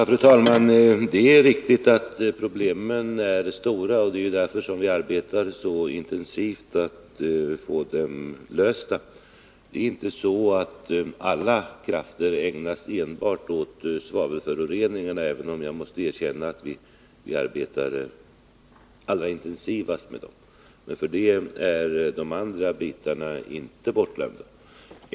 Fru talman! Det är riktigt att problemen är stora. Det är därför vi arbetar så intensivt med att få dem lösta. Det är inte så att alla krafter ägnas enbart åt svavelföroreningarna, även om jag måste erkänna att vi arbetar allra intensivast med dem. Men av den anledningen är inte de andra bitarna bortglömda.